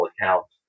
Accounts